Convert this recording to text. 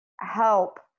help